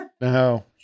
no